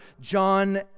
John